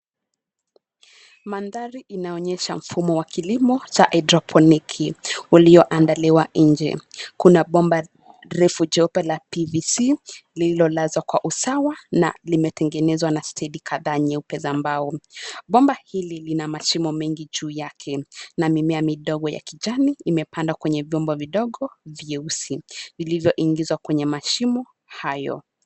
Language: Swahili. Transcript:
Mandhari inaonyesha mfumo wa kilimo cha haidroponiki ulioandaliwa nje. Kuna bomba refu jeupe la [PVC] lililolazwa kwa usawa na limetengenezwa na stedi kadhaa nyeupe za mbao. Bomba hili lina mashimo mengi juu yake, na mimea midogo ya kijani imepandwa kwenye vyombo vidogo vyeusi vilivyo ingizwa kwenye mashimo hayo.